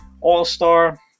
All-star